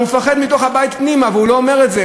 הוא מפחד מהבית, פנימה, והוא לא אומר את זה.